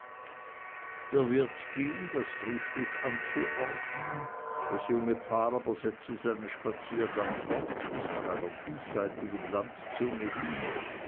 der wirt ging das frühstück anzuordnen das junge paar aber setzte seinen spaziergang fort bis nach einer diesseitigen landzunge hin